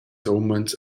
umens